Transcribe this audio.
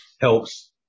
helps